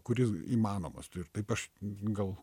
kuris įmanomas tai ir taip aš gal